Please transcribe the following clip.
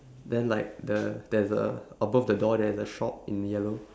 then like the~ there's a above the door there's a shop in yellow